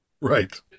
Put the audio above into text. Right